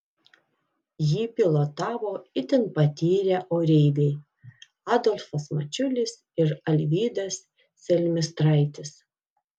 jį pilotavo itin patyrę oreiviai adolfas mačiulis ir alvydas selmistraitis